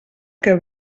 que